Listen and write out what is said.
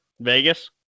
Vegas